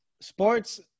Sports